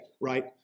right